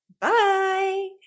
Bye